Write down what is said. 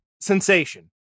sensation